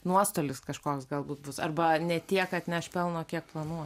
nuostolis kažkoks galbūt bus arba ne tiek atneš pelno kiek planuo